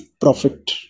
profit